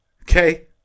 Okay